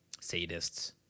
sadists